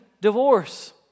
divorce